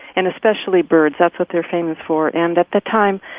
and especially birds that's what they're famous for. and, at the time,